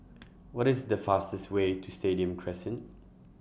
What IS The fastest Way to Stadium Crescent